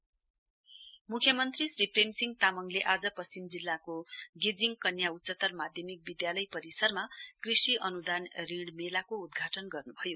CM loan मेला मुख्यमन्त्री श्री प्रेमसिंह तामङले आज पश्चिम जिल्लाको गेजिङ कन्या उच्चतर माद्यमिक विद्यालय परिसरमा कृषि अनुदान ऋण मेलाको उद्घाटन गर्नुभयो